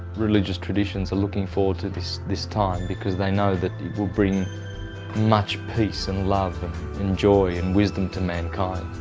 religious traditions are looking forward to this this time, because they know that it will bring much peace and love and and joy and wisdom to mankind.